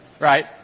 Right